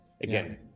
again